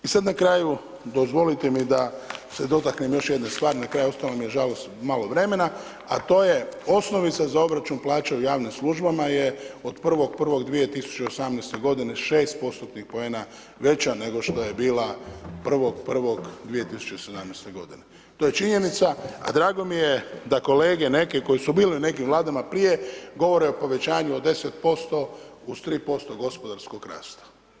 I sad na kraju dozvolite mi da se dotaknem još jedne stvari, na kraju ostalo mi je nažalost malo vremena, a to je osnovica za obračun plaća u javnim službama je od 1.1.2018. g. 6%-tnih poena veća nego što je bila 1.1.2017. g. To je činjenica a drago mi je da kolege neke koje su bile u nekim Vlada prije, govore o povećanju od 10% uz 3% gospodarskog rasta.